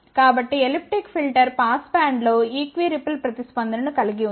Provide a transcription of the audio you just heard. కాబట్టి elliptic filter pass బ్యాండ్లో ఈ ఈక్విరిపుల్ ప్రతిస్పందనను కలిగి ఉంది